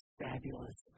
fabulous